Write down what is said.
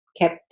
kept